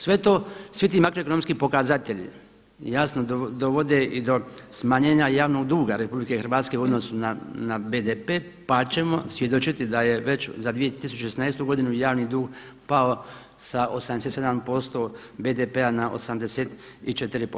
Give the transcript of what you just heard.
Svi ti makroekonomski pokazatelji jasno dovode i do smanjenja javnog duga RH u odnosu na BDP pa ćemo svjedočiti da je već za 2016. godinu javni dug pao sa 87% BDP-a na 84%